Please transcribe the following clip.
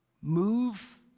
move